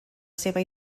seva